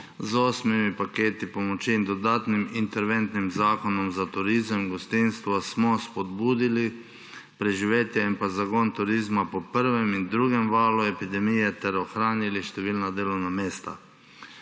Z osmimi paketi pomoči in dodatnim interventnim zakonom za turizem, gostinstvo smo spodbudili preživetje in zagon turizma po prvem in drugem valu epidemije ter ohranili številna delovna mesta.